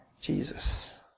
Jesus